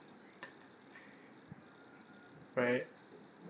right